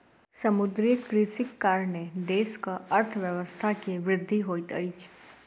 समुद्रीय कृषिक कारणेँ देशक अर्थव्यवस्था के वृद्धि होइत अछि